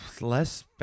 less